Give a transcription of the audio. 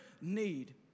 need